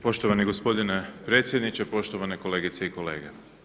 Poštovani gospodine predsjedniče, poštovane kolegice i kolege.